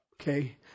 okay